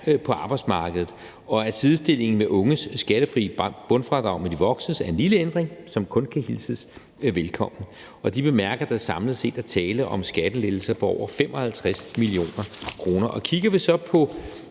på arbejdsmarkedet, og at sidestilling med unges skattefri bundfradrag med de voksnes er en lille ændring, som kun kan hilses velkommen. Og de bemærker, at der samlet set er tale om skattelettelser for over 55 mio. kr. Kigger vi så på